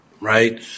right